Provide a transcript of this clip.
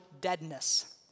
deadness